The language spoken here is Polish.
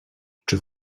czy